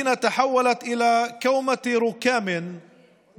העיר הפכה לעיי חורבות לאחר שהושמדה